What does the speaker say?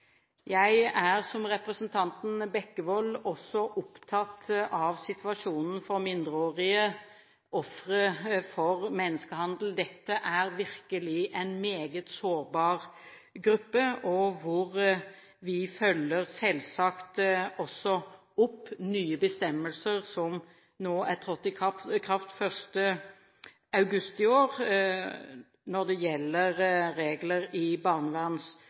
Jeg er, som representanten Bekkevold, også opptatt av situasjonen for mindreårige ofre for menneskehandel. Dette er virkelig en meget sårbar gruppe. Her følger vi selvsagt opp nye bestemmelser, som trådte i kraft den 1. august i år, når det gjelder regler i